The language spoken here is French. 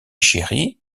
chéri